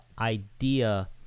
idea